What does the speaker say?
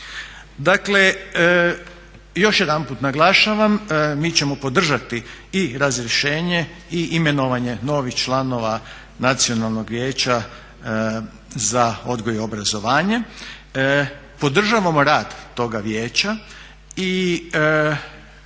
Dakle, još jedanput naglašavam, mi ćemo podržati i razrješenje i imenovanje novih članova Nacionalnog vijeća za odgoj i obrazovanje. Podržavamo rad toga vijeća i